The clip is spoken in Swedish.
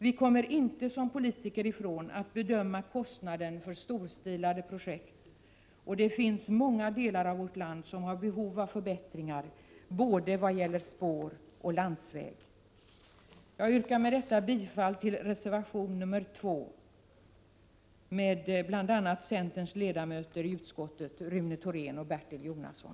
Vi kommer inte som politiker ifrån att bedöma kostnaden för storstilade projekt, och det finns många delar av vårt land som har behov av förbättringar vad gäller både spår och landsväg. Jag yrkar med detta bifall till reservation 2 av bl.a. centerns ledamöter i utskottet Rune Thorén och Bertil Jonasson.